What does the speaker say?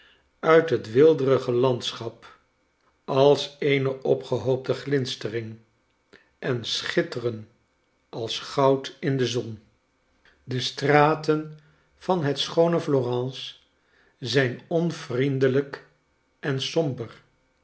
uit het weelderige landschap als eene opgehoopte glinstering en schitteren als goud in de zon de straten van het schoone florence zijn onvriendelijk en somber